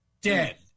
Dead